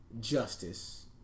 justice